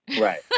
Right